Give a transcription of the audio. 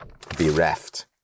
bereft